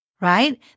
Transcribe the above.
right